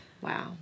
Wow